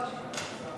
לא.